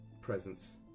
presence